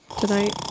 tonight